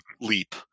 leap